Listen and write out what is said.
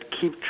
keep